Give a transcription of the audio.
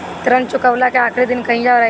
ऋण चुकव्ला के आखिरी दिन कहिया रही?